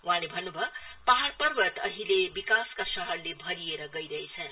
वहाँले भन्न् भयो पहाड़ पर्वत अहिले विकासका शहरले भरिएर गइरहेछन्